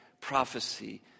prophecy